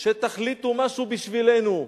שתחליטו משהו בשבילנו?